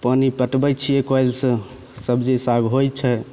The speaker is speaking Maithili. पानि पटबय छियै कलसँ सब्जी साग होइ छै